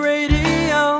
Radio